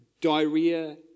diarrhea